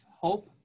hope